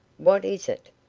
what is it?